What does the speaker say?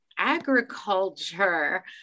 agriculture